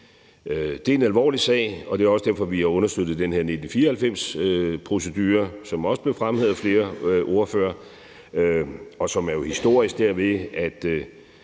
Det er en alvorlig sag, og det er også derfor, vi har understøttet den her 1994-procedure, som også er blevet fremhævet af flere ordførere, og som jo er historisk derved, at